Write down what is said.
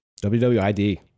Wwid